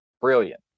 Brilliant